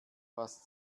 was